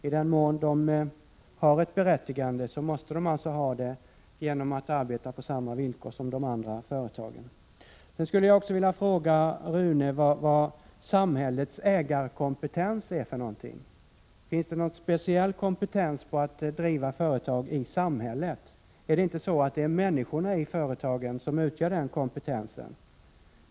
I den mån de har ett berättigande måste de ha det genom att arbeta på samma villkor som de andra företagen. Jag vill också fråga Rune Jonsson vad samhällets ägarkompetens är. Finns det någon speciell kompetens i samhället när det gäller att driva företag? Är det inte människorna i företagen som utgör den kompetensen?